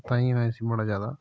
ते ताइयें में इसी बड़ा ज्यादा